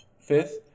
fifth